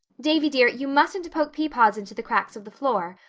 davy, dear, you mustn't poke peapods into the cracks of the floor.